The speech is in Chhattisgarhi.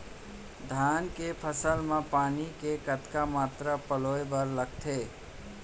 धान के फसल म पानी के कतना मात्रा पलोय बर लागथे?